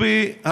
טובי,